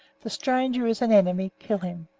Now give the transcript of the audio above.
the stranger is an enemy, kill him.